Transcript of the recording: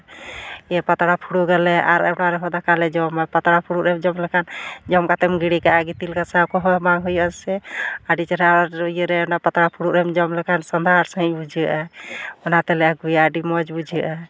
ᱯᱟᱛᱲᱟ ᱯᱷᱩᱲᱩᱜᱟᱞᱮ ᱟᱨ ᱚᱱᱟ ᱨᱮᱦᱚ ᱸᱫᱟᱠᱟ ᱞᱮ ᱡᱚᱢᱟ ᱯᱟᱛᱲᱟ ᱯᱷᱩᱲᱩᱜ ᱨᱮᱢ ᱡᱚᱢ ᱞᱮᱠᱷᱟᱱ ᱡᱚᱢ ᱠᱟᱛᱮᱢ ᱜᱤᱲᱤ ᱠᱟᱜᱼᱟ ᱜᱤᱛᱤᱞ ᱜᱟᱥᱟᱣ ᱠᱚᱦᱚᱸ ᱵᱟᱝ ᱦᱩᱭᱩᱜᱼᱟ ᱥᱮ ᱟᱹᱰᱤ ᱪᱮᱨᱦᱟ ᱤᱭᱟᱹ ᱨᱮ ᱯᱟᱛᱲᱟ ᱯᱷᱩᱲᱩᱜ ᱨᱮᱢ ᱡᱚᱢ ᱞᱮᱠᱷᱱᱟ ᱥᱚᱸᱫᱷᱟᱲ ᱜᱮ ᱵᱩᱡᱷᱟᱹᱜᱼᱟ ᱚᱱᱟᱛᱮᱞᱮ ᱟᱹᱜᱩᱭᱟ ᱟᱹᱰᱤ ᱢᱚᱡᱽ ᱵᱩᱡᱷᱟᱹᱜᱼᱟ